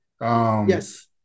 Yes